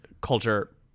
culture